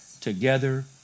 Together